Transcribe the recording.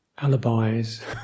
alibis